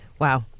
Wow